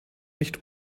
nicht